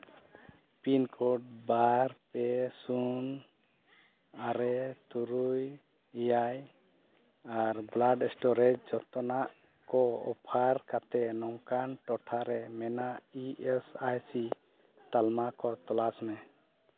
pin code ᱵᱟᱨ ᱯᱮ ᱥᱩᱱ ᱟᱨᱮ ᱛᱩᱨᱩᱭ ᱮᱭᱟᱭ ᱟᱨ ᱵᱞᱟᱰ ᱥᱴᱳᱨᱮᱡᱽ ᱨᱮ ᱡᱚᱛᱚᱱᱟᱜ ᱠᱚ ᱚᱯᱷᱟᱨ ᱠᱟᱛᱮ ᱱᱚᱝᱠᱟᱱᱟ ᱴᱚᱴᱷᱟᱨᱮ ᱢᱮᱱᱟᱜ ᱤ ᱮᱥ ᱟᱭ ᱥᱤ ᱛᱟᱞᱢᱟ ᱠᱚ ᱛᱚᱞᱟᱥ ᱢᱮ